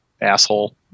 asshole